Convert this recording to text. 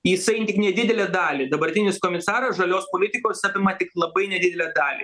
jisai tik nedidelę dalį dabartinis komisaras žalios politikos apima tik labai nedidelę dalį